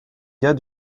gars